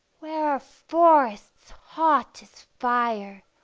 where are forests hot as fire,